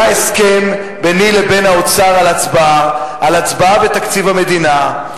היה הסכם ביני לבין האוצר על הצבעה בתקציב המדינה,